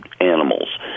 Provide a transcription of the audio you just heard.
animals